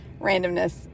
Randomness